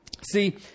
See